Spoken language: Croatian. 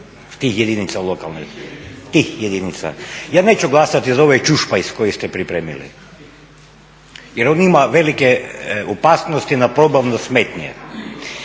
protiv građana tih jedinica. Ja neću glasati za ovaj ćušpajz koji ste pripremili jer on ima velike opasnosti na probavne smetnje.